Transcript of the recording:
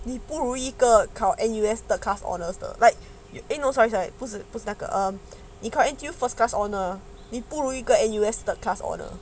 你不如一个考 N_U_S third class honours 的 like eh no sorry sorry 不是不是那个 um 你考 N_T_U first class honour 你不如一个 N_U_S 的 class honor